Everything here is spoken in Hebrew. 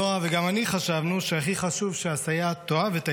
נועה וגם אני חשבנו שהכי חשוב שהסייעת תאהב את הילדים,